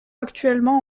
actuellement